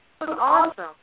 awesome